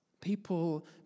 People